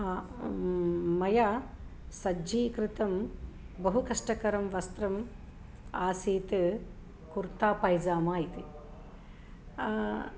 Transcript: मया सज्जीकृतं बहु कष्टकरं वस्त्रम् आसीत् कुर्ता पैजामा इति